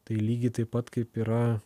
tai lygiai taip pat kaip yra